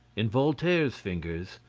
in voltaire's fingers,